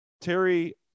Terry